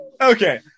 Okay